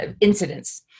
incidents